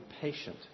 patient